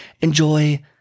Enjoy